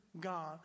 God